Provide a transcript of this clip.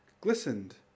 glistened